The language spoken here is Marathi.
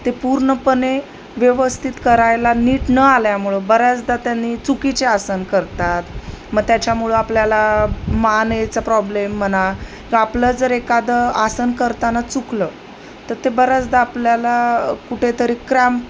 ते पूर्णपणे व्यवस्थित करायला नीट न आल्यामुळं बऱ्याचदा त्यांनी चुकीचे आसन करतात मग त्याच्यामुळं आपल्याला मानेचा प्रॉब्लेम म्हणा क आपलं जर एखादं आसन करताना चुकलं तर ते बऱ्याचदा आपल्याला कुठेतरी क्रॅम